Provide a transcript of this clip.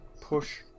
push